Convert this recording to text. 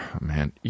man